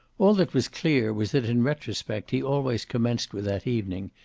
all that was clear was that in retrospect he always commenced with that evening,